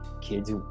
kids